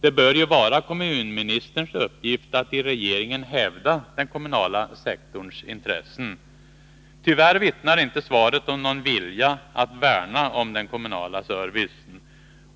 Det bör ju vara kommunministerns uppgift att i regeringen hävda den kommunala sektorns intressen. Tyvärr vittnar inte svaret om någon vilja att värna om den kommunala servicen.